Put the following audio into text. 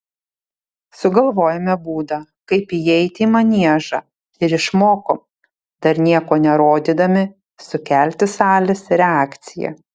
sugalvojome būdą kaip įeiti į maniežą ir išmokom dar nieko nerodydami sukelti salės reakciją